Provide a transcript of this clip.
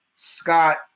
Scott